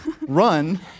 Run